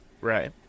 Right